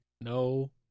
No